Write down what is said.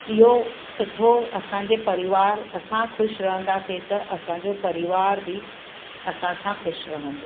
इहो सुठो असांजे परिवारु असां ख़ुशि रहंदासीं त असांजो परिवार बि असां सां ख़ुशि रहंदो